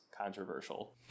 controversial